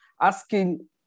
asking